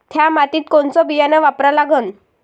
थ्या मातीत कोनचं बियानं वापरा लागन?